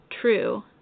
true